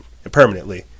Permanently